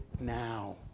now